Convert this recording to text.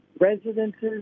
residences